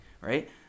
right